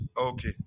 Okay